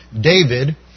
David